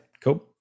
cool